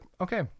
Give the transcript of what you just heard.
okay